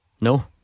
No